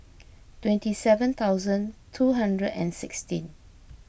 twenty seven thousand two hundred and sixteen